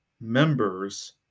members